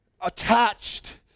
attached